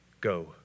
go